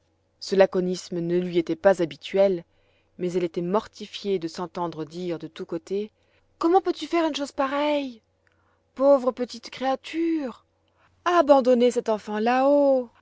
ce laconisme ne lui était pas habituel mais elle était mortifiée de s'entendre dire de tous côtés comment peux-tu faire une chose pareille pauvre petite créature abandonner cette enfant là-haut